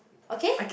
okay